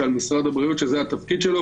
על משרד הבריאות שזה התפקיד שלו.